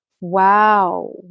Wow